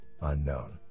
Unknown